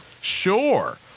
Sure